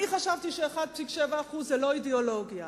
אני חשבתי ש-1.7% זה לא אידיאולוגיה